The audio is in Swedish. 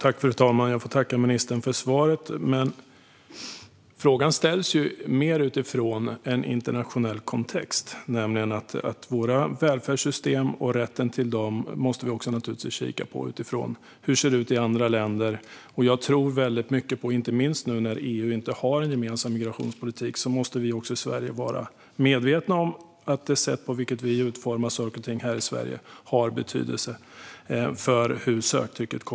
Fru talman! Jag får tacka ministern för svaret. Men frågan ställs mer utifrån en internationell kontext. Vi måste kika på våra välfärdssystem och rätten till dem utifrån hur det ser ut i andra länder. Jag tror att vi i Sverige, inte minst nu när EU inte har en gemensam migrationspolitik, måste vara medvetna om att det sätt på vilket vi utformar saker och ting här i Sverige får betydelse för söktrycket.